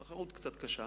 התחרות קצת קשה.